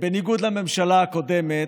בניגוד לממשלה הקודמת,